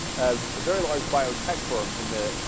ah very large biotech firm and ah.